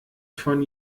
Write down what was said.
von